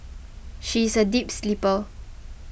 she is a deep sleeper